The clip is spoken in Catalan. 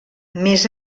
més